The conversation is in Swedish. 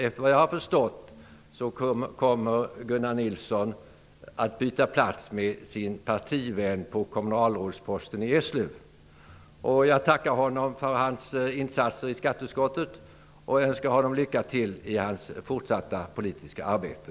Enligt vad jag har förstått kommer nämligen Gunnar Nilsson att byta plats med sin partivän på kommunalrådsposten i Eslöv. Jag tackar Gunnar Nilsson för hans insatser i skatteutskottet och önskar honom lycka till i hans fortsatta politiska arbete.